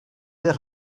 their